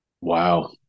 Wow